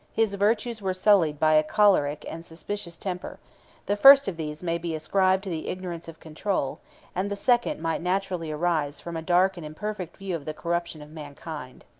his virtues were sullied by a choleric and suspicious temper the first of these may be ascribed to the ignorance of control and the second might naturally arise from a dark and imperfect view of the corruption of mankind.